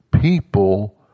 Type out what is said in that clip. people